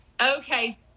okay